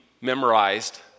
memorized